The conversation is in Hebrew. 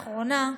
האחרונה,